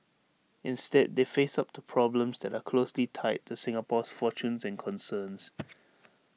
instead they face up to problems that are closely tied to Singapore's fortunes and concerns